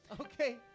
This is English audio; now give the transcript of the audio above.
Okay